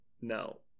no